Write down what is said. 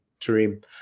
Tareem